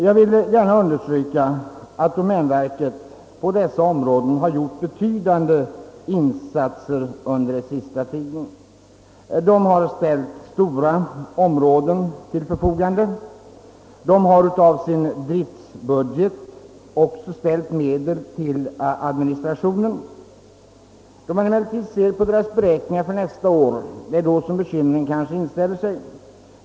Jag vill gärna understryka att domänverket i detta avseende gjort betydande insatser under den senaste tiden. Domänverket har ställt stora områden till förfogande och har också ur sin driftbudget anslagit medel till administrationen. Det är emellertid vid ett studium av domänverkets beräkningar för nästa år som bekymren inställer sig.